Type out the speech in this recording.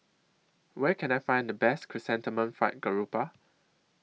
Where Can I Find The Best Chrysanthemum Fried Garoupa